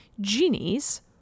Genies